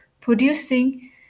producing